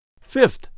Fifth